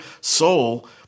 soul